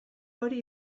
hori